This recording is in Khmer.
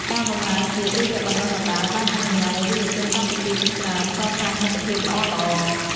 ការបម្រើជាតិ ឬវគ្គបណ្តុះបណ្ដាលបានអនុញ្ញាតិឱ្យយុវជនកម្ពុជាជាច្រើនកសាងមិត្តភាពល្អៗ។